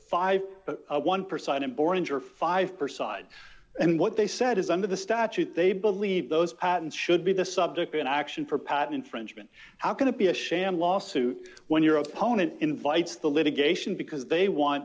injure five per side and what they said is under the statute they believe those atoms should be the subject in action for patent infringement how can it be a sham lawsuit when your opponent invites the litigation because they want